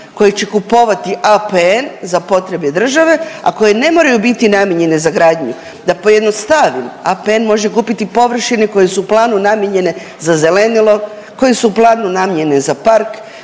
koje će kupovati APN za potrebe države, a koje ne moraju biti namijenjene za gradnju. Da pojednostavim, APN može kupiti površine koje su u planu namijenjene za zelenilo, koje su u planu namijenjene za park,